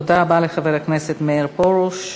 תודה רבה לחבר הכנסת מאיר פרוש.